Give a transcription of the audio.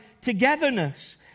togetherness